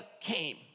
came